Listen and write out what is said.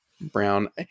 brown